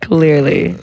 Clearly